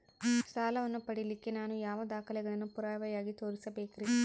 ಸಾಲವನ್ನು ಪಡಿಲಿಕ್ಕೆ ನಾನು ಯಾವ ದಾಖಲೆಗಳನ್ನು ಪುರಾವೆಯಾಗಿ ತೋರಿಸಬೇಕ್ರಿ?